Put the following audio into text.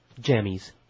Jammies